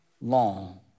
long